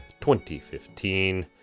2015